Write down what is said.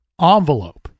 envelope